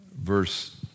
Verse